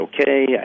okay